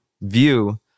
view